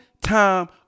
time